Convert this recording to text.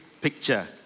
picture